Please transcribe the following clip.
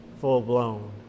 full-blown